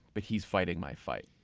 but he's fighting my fight.